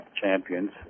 champions